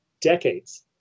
decades